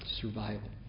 survival